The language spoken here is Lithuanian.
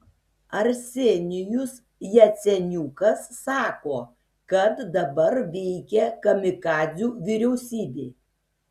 arsenijus jaceniukas sako kad dabar veikia kamikadzių vyriausybė